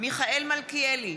מיכאל מלכיאלי,